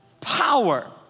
Power